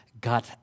God